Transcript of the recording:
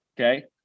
okay